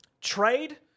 Trade